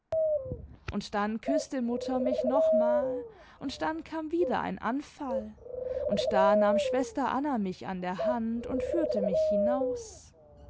und dann küßte mutter mich noch mal und dann kam wieder ein anfall und da nahm schwester anna mich an der hand tmd führte mich hinaus